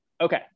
Okay